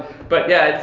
but yeah,